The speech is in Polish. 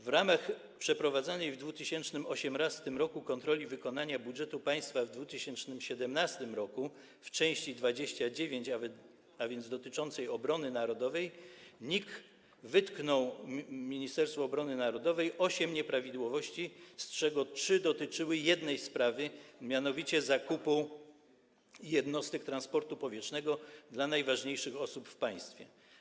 W ramach przeprowadzanej w 2018 r. kontroli wykonania budżetu państwa w 2017 r. w części 29., a więc dotyczącej obrony narodowej, NIK wytknął Ministerstwu Obrony Narodowej osiem nieprawidłowości, z czego trzy dotyczyły jednej sprawy, mianowicie zakupu jednostek transportu powietrznego dla najważniejszych osób w państwie.